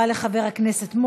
חבריי חברי הכנסת,